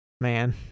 man